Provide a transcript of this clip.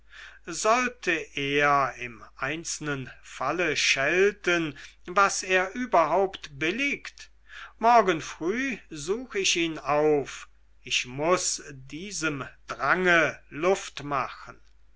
sollte er im einzelnen falle schelten was er überhaupt billigt morgen früh such ich ihn auf ich muß diesem drange luft machen